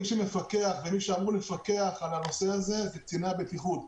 מי שמפקח ומי שאמור לפקח על הנושא הזה אלה קציני הבטיחות,